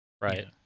right